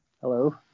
Hello